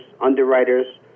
underwriters